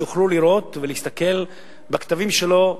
שיוכלו לראות ולהסתכל בכתבים שלו.